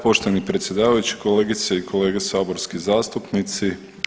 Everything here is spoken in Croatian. Poštovani predsjedavajući, kolegice i kolege saborski zastupnici.